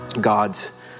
God's